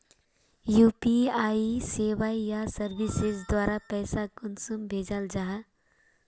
UPI सेवाएँ या services द्वारा पैसा कुंसम भेजाल जाहा?